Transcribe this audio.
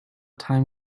time